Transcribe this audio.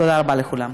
תודה רבה לכולם.